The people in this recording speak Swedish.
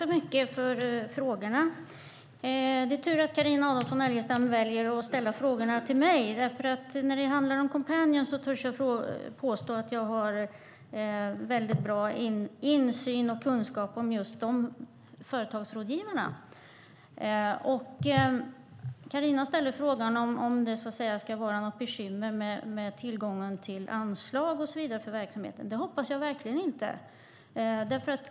Herr talman! Jag börjar med att tacka Carina Adolfsson Elgestam så mycket för hennes frågor. Det är tur att Carina Adolfsson Elgestam väljer att ställa sina frågor till mig. När det handlar om Coompanion törs jag nämligen påstå att jag har en väldigt god insyn i och kunskap om just de företagsrådgivarna. Carina frågar om det är något bekymmer exempelvis med tillgången till anslag till verksamheten. Det hoppas jag verkligen att det inte är.